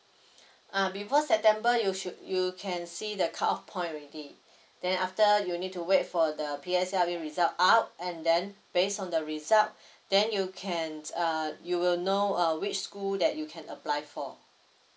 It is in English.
uh before september you should you can see the cut off point already then after you need to wait for the P_S_L_E result out and then based on the result then you can uh you will know uh which school that you can apply for